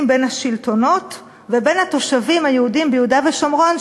בין השלטונות ובין התושבים היהודים ביהודה ושומרון,